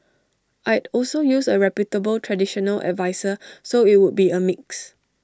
I'd also use A reputable traditional adviser so IT would be A mix